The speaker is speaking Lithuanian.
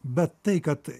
bet tai kad